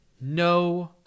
no